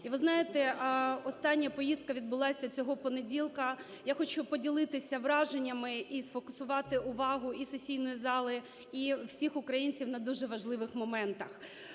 І, ви знаєте, остання поїздка відбулася цього понеділка, я хочу поділитися враженнями і сфокусувати увагу і сесійної зали, і всіх українців на дуже важливих моментах.